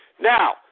Now